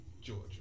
Georgia